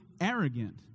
arrogant